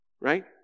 Right